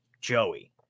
Joey